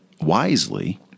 wisely